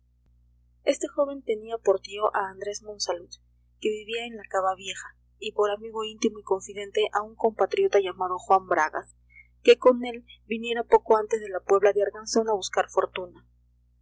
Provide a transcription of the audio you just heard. este joven tenía por tío a andrés monsalud que vivía en la cava baja y por amigo íntimo y confidente a un compatriota llamado juan bragas que con él viniera poco antes de la puebla de arganzón a buscar fortuna